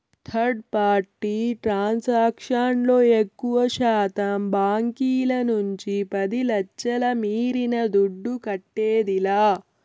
third party transaction లో ఎక్కువశాతం బాంకీల నుంచి పది లచ్ఛల మీరిన దుడ్డు కట్టేదిలా